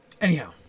Anyhow